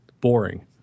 boring